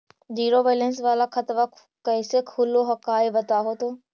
Zero balance वाला खतवा कैसे खुलो हकाई बताहो तो?